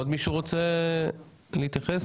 עוד מישהו רוצה להתייחס?